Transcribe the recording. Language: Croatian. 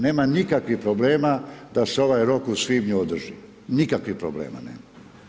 Nema nikakvih problema da se ovaj rok u svibnju održi, nikakvih problema nema.